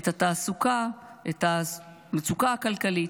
את התעסוקה, את המצוקה הכלכלית.